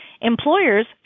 Employers